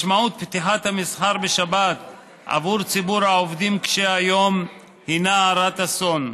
משמעות פתיחת המסחר בשבת עבור ציבור העובדים קשי היום הינה הרת אסון,